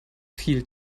viel